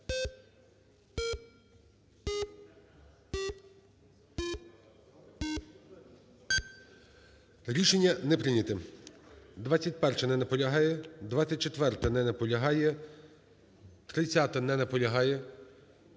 Рішення не прийняте. 21-а. Не наполягає. 24-а. Не наполягає. 30-а. Не наполягає.